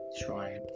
try